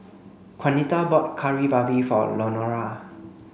Juanita bought Kari Babi for Lenora